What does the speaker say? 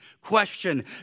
question